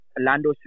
Lando